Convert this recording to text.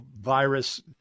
virus